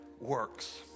works